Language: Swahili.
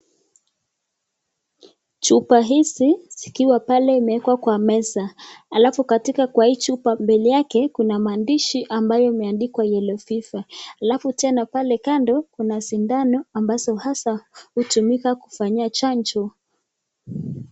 Chupa hizi zikiwa pale imeekwa kwa meza alafu katika kwa hii chupa mbele yake kuna maandishi ambayo imeandikwa yellow fever alafu tena pale kando kuna sindano ambazo hasa hutumika kufanyia chanjo.